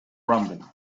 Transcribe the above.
rumbling